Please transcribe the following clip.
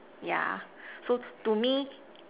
yeah so to me